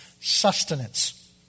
sustenance